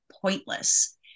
pointless